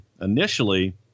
initially